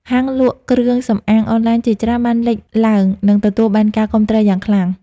ហាងលក់គ្រឿងសម្អាងអនឡាញជាច្រើនបានលេចឡើង និងទទួលបានការគាំទ្រយ៉ាងខ្លាំង។